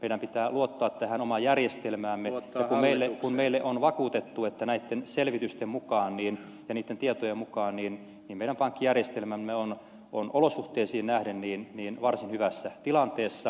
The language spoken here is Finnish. meidän pitää luottaa tähän omaan järjestelmäämme kun meille on vakuutettu että näitten selvitysten mukaan ja niitten tietojen mukaan meidän pankkijärjestelmämme on olosuhteisiin nähden varsin hyvässä tilanteessa